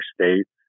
states